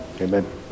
Amen